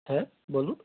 হ্যাঁ বলুন